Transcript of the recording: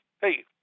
hey